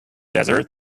desert